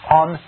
on